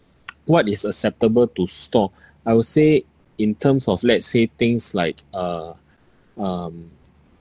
what is acceptable to store I would say in terms of let's say things like uh um